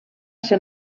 ser